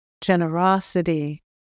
generosity